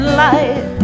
light